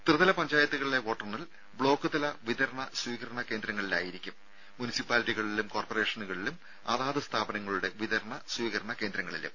ത്രിതല പഞ്ചായത്തുകളിലെ വോട്ടെണ്ണൽ ബ്ലോക്കുതല വിതരണ മുനിസിപ്പാലിറ്റികളിലും കോർപ്പറേഷനുകളിലും അതാത് സ്ഥാപനങ്ങളുടെ വിതരണ സ്വീകരണ കേന്ദ്രങ്ങളിലും